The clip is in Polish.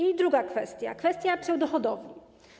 I druga kwestia, kwestia pseudohodowli.